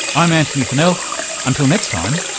i'm antony funnell, until next time,